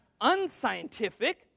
unscientific